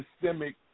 systemic